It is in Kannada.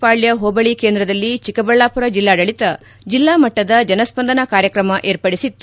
ಪಾಳ್ಯ ಹೋಬಳಿ ಕೇಂದ್ರದಲ್ಲಿ ಚಿಕ್ಕಬಳ್ಳಾಪುರ ಜಿಲ್ಲಾಡಳತ ಜಿಲ್ಲಾ ಮಟ್ಟದ ಜನಸ್ವಂದನ ಕಾರ್ಯಕ್ರಮ ಏರ್ಪಡಿಸಿತ್ತು